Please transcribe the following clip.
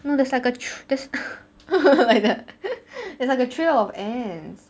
no there's like a tr~ there's there's like a trail of ants